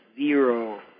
zero